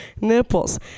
nipples